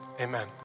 amen